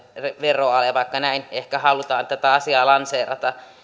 veroale vaikka näin ehkä halutaan tätä asiaa lanseerata